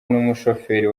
n’umushoferi